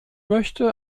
möchte